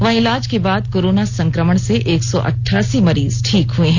वहीं इलाज के बाद कोरोना संकमण से एक सौ अट्ठासी मरीज ठीक हुए हैं